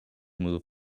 move